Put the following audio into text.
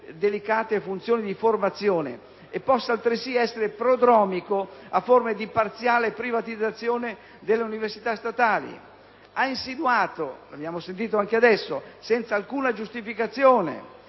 delicate funzioni di formazione e possa altresì essere prodromico a forme di parziale privatizzazione delle università statali. Ha insinuato senza alcuna giustificazione